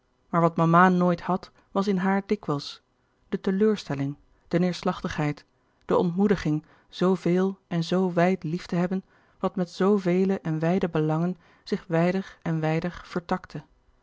maar wat mama nooit had was in haar dikwijls de teleurstelling de neêrslachtigheid de ontmoediging zooveel en zoo wijd lief te hebben wat met zoo vele en wijde belangen zich wijder en wijder vertakte